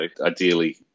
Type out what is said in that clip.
Ideally